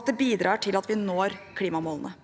at det bidrar til at vi når klimamålene.